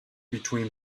between